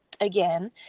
again